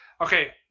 Okay